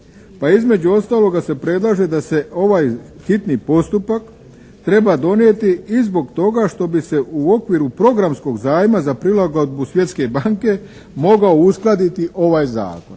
između ostaloga se predlaže da se ovaj hitni postupak treba donijeti i zbog toga što bi se u okviru programskog zajma za prilagodbu Svjetske banke mogao uskladiti ovaj Zakon.